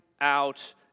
out